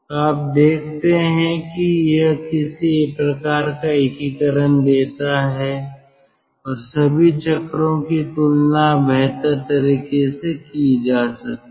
तो आप देखते हैं कि यह किसी प्रकार का एकीकरण देता है और सभी चक्रों की तुलना बेहतर तरीके से की जा सकती है